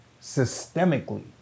systemically